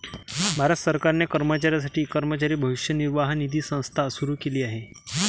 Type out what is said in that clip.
भारत सरकारने कर्मचाऱ्यांसाठी कर्मचारी भविष्य निर्वाह निधी संस्था सुरू केली आहे